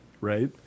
Right